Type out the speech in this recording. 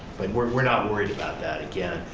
we're we're not worried about that, again,